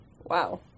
Wow